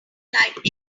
like